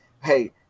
hey